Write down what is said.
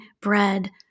bread